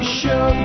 show